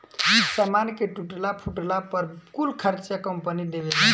सामान के टूटला फूटला पर कुल खर्चा कंपनी देवेला